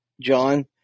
John